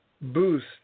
boost